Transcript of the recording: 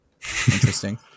Interesting